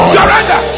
Surrender